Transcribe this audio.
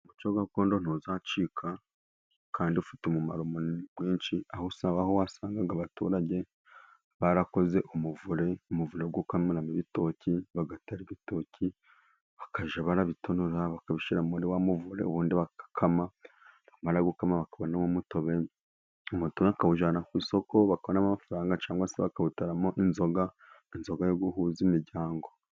Umuco gakondo ntuzacika, kandi ufite umumaro mwinshi, aho usanga abaturage barakoze umuvure, umuvure wo gukamiramo ibitoki bagatara ibitoki bakajya barabitonora bakabishyira muri wa muvure, ubundi bamara gukama bakavanamo umutobe, umutobe bakawujyana ku isoko bakavanamo amafaranga, cyangwa se bakawutaramo inzoga, inzoga yo guhuza imiryango.